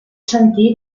sentit